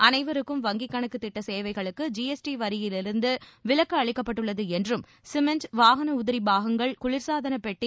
அனைவருக்கும் வங்கி கணக்கு திட்ட சேவைகளுக்கு ஜி எஸ் டி வரியிலிருந்து விலக்கு அளிக்கப்பட்டுள்ளது என்றும் சிமெண்ட் வாகன உதிரி பாகங்கள் குளிர்சாதனப்பெட்டி